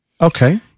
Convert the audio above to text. Okay